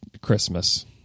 Christmas